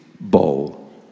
bowl